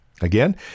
Again